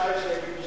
לגייס